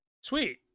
Sweet